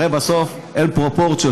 הרי בסוף אין פרופורציות.